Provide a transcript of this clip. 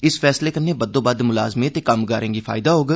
इस फैसले कन्नै बद्वोबद्व म्लाज़में ते कम्मगारें गी फायदा होग